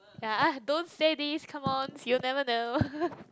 ya don't say this come on you never know